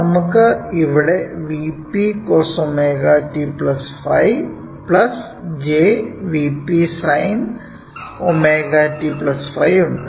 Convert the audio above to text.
നമുക്ക് ഇവിടെ Vp cos ωt ϕ j × Vp sine ωt ϕ ഉണ്ട്